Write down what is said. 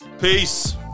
Peace